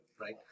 right